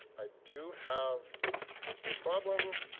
i do have a problem,